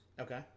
Okay